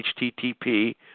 HTTP